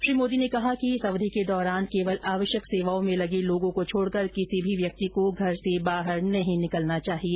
श्री मोदी ने कहा कि इस अवधि के दौरान केवल आवश्यक सेवाओं में लगे लोगों को छोडकर किसी भी व्यक्ति को घर से बाहर नहीं निकलना चाहिए